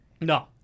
No